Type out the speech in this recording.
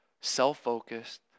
self-focused